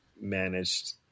managed